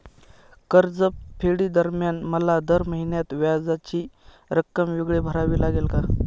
कर्जफेडीदरम्यान मला दर महिन्यास व्याजाची रक्कम वेगळी भरावी लागेल का?